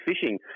fishing